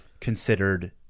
Considered